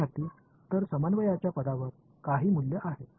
विद्यार्थी तर समन्वयाच्या पदावर काही मूल्य आहे